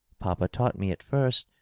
papa taught me at first,